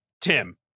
Tim